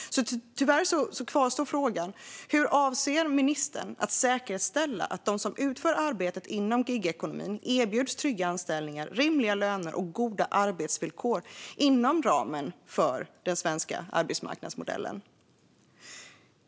Tyvärr kvarstår alltså frågan: Hur avser ministern att säkerställa att de som utför arbetet inom gigekonomin erbjuds trygga anställningar, rimliga löner och goda arbetsvillkor inom ramen för den svenska arbetsmarknadsmodellen?